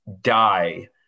die